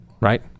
right